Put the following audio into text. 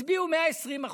הצביעו 120%,